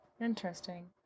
Interesting